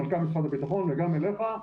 למנכ"ל משרד הביטחון וגם אליך,